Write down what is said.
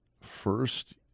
first